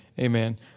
Amen